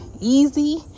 easy